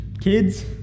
kids